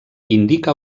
indica